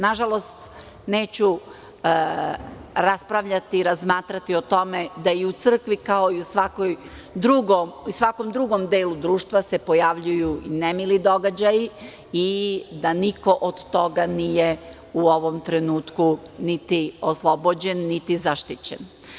Nažalost, neću raspravljati i razmatrati o tome da i u crkvi, kao i u svakom drugom delu društva se pojavljuju nemili događaji, i da niko od toga nije u ovom trenutku, niti oslobođen, niti zaštićen.